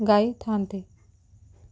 ଗାଇ ଥାଆନ୍ତି